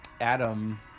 Adam